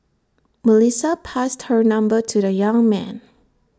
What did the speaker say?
Melissa passed her number to the young man